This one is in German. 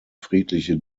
friedliche